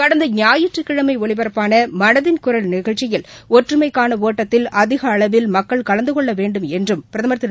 கடந்த குாயிற்றுக்கிழமைஒலிபரப்பானமனதில் குரல் நிகழ்ச்சியில் ஒற்றமைக்கானஒட்டத்தில் அதிகளவில் மக்கள் கலந்துகொள்ளவேண்டும் என்றும் பிரதமர் திரு